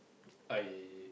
I